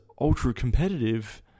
ultra-competitive